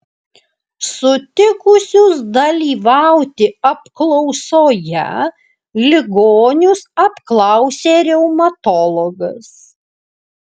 sutikusius dalyvauti apklausoje ligonius apklausė reumatologas